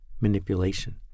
manipulation